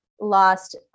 lost